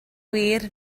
wir